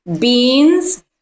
beans